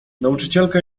nauczycielka